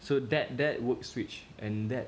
so that that work switch and that